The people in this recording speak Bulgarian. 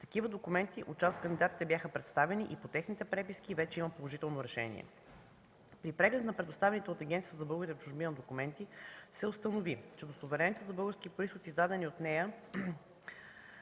Такива документи от част от кандидатите бяха представени и по техните преписки вече има положително решение. При прегледа на предоставените от Агенцията за българите в чужбина документи се установи, че в удостоверенията за български произход, издадени от нея,